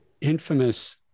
infamous